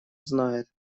знают